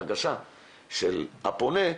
ההרגשה של אותו פונה,